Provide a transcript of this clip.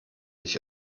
ich